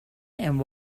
and